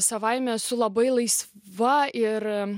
savaime esu labai laisva ir